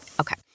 Okay